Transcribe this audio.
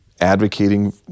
advocating